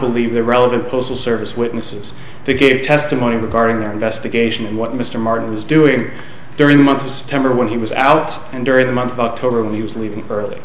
believe the relevant postal service witnesses who gave testimony regarding their investigation and what mr martin was doing during the months temper when he was out and during the month of october when he was leaving early